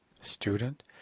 Student